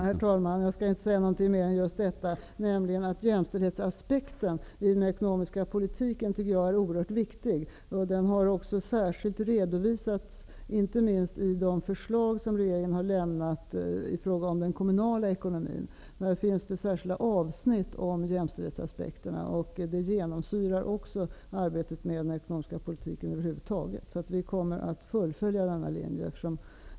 Herr talman! Jag skall inte säga något mera än att jämställdhetsaspekten i den ekonomiska politiken är oerhört viktig. Den har också särskilt redovisats, inte minst i de förslag som regeringen har lämnat i fråga om den kommunala ekonomin. Där finns särskilda avsnitt om jämställdhetsaspekterna. Det genomsyrar arbetet med den ekonomiska politiken över huvud taget. Vi kommer att fullfölja denna linje.